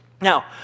Now